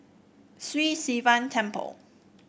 Sri Sivan Temple